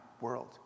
world